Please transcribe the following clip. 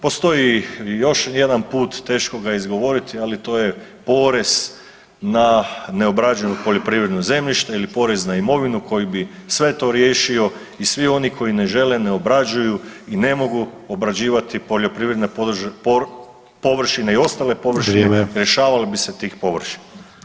Postoji još jedan put, teško ga je izgovoriti, ali to je porez na neobrađeno poljoprivredno zemljište ili porez na imovinu koji bi sve to riješio i svi oni koji ne žele, ne obrađuju i ne mogu obrađivati poljoprivredne površine i ostale površine [[Upadica Sanader: Vrijeme.]] rješavali bi se tih površina.